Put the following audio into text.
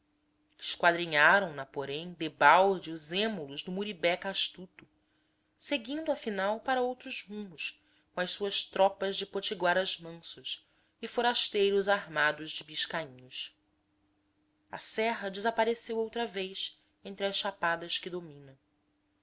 apetecido esquadrinharam na porém debalde os êmulos do muribeca astuto seguindo afinal para os outros rumos com as suas tropas de potiguaras mansos e forasteiros armados de biscainhos a serra desapareceu outra vez entre as chapadas que domina